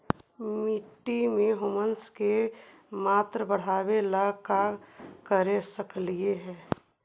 मिट्टी में ह्यूमस के मात्रा बढ़ावे ला का कर सकली हे?